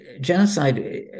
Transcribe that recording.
genocide